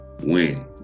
Win